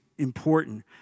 important